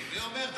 הווי אומר,